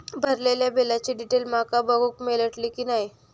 भरलेल्या बिलाची डिटेल माका बघूक मेलटली की नाय?